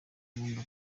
gahunda